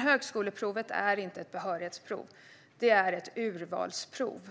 Högskoleprovet är dock inte ett behörighetsprov, utan det är ett urvalsprov.